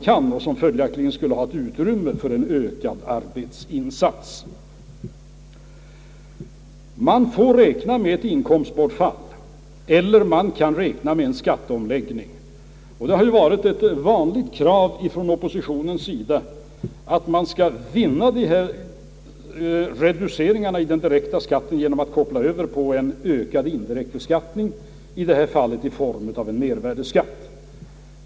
Man får enligt min mening tänka sig antingen ett inkomstbortfall eller en skatteomläggning. Oppositionen har ju ofta hävdat att reduceringarna i den direkta skatten skall vinnas genom att man kopplar om till ökad indirekt beskattning, närmast i form av en mervärdeskatt.